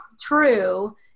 true